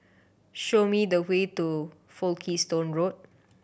show me the way to Folkestone Road